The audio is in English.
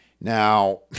Now